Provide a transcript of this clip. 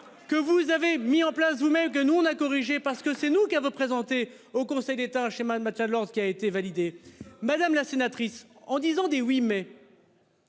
que vous avez mis en place vous-même que nous on a corrigé parce que c'est nous qui avons présenté au Conseil d'État schéma le match à Lens qui a été validé, madame la sénatrice en disant dit oui mais.